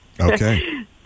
Okay